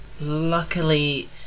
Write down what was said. Luckily